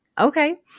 Okay